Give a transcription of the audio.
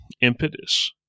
impetus